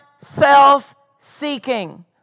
self-seeking